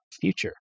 future